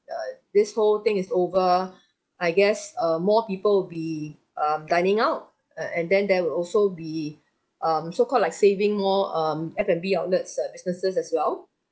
uh this whole thing is over I guess uh more people will be um dining out uh and then there will also be um so called like saving more um F&B outlets uh businesses as well